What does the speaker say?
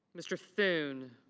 mr. thune.